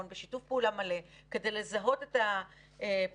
בשיתוף פעולה מלא כדי לזהות את הפערים,